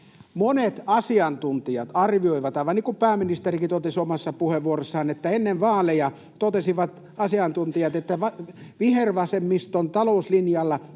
Monet asiantuntijat arvioivat — aivan niin kuin pääministerikin totesi omassa puheenvuorossaan, että ennen vaaleja asiantuntijat totesivat — että jos jatkettaisiin vihervasemmiston talouslinjalla,